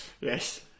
Yes